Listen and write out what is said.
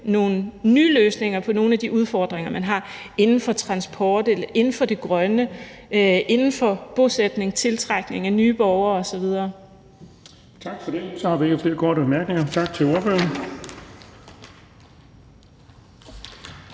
nogle nye løsninger på nogle af de udfordringer, man har inden for transport eller inden for det grønne, inden for bosætning, tiltrækning af nye borgere osv. Kl. 14:13 Den fg. formand (Erling Bonnesen): Tak for det.